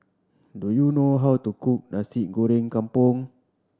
do you know how to cook Nasi Goreng Kampung